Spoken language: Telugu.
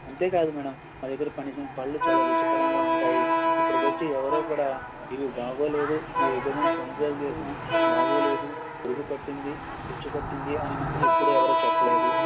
అంతేకాదు మేడం మాదగ్గర పనిచ పళ్ళు కూడా చాలా రుచికరంగా ఉంటాయి ఇప్పుడుకొచ్చి ఎవరూకూడా ఇవి బాగోలేదు మీ దగ్గర మేము కొనుగోలు చేశాం బాగోలేదు పురుగు పట్టింది పుచ్చు పట్టింది అని మాత్రం ఎప్పుడూ ఎవరూ చెప్పలేదు